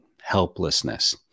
helplessness